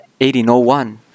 1801